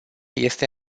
este